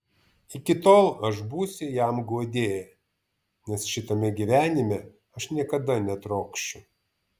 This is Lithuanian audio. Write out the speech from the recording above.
iki tol aš būsiu jam guodėja nes šitame gyvenime aš niekada netrokšiu